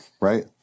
Right